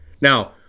Now